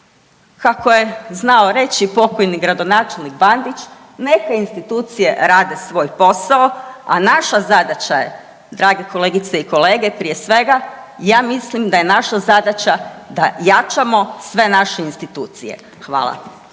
Kako je znao reći pokojni gradonačelnik Bandić, neka institucije rade svoj posao, a naša zadaća je, dragi kolegice i kolege, prije svega, ja mislim da je naša zadaća da jačamo sve naše institucije. Hvala.